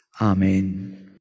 Amen